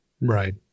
Right